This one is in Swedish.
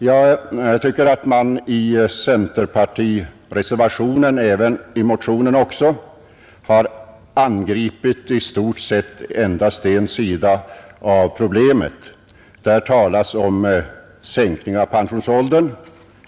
Jag tycker att man i centerpartireservationen och även i motionen har angripit i stort sett endast en sida av problemet. Där talas om sänkning av pensionsåldern.